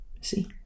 See